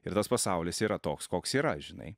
ir tas pasaulis yra toks koks yra žinai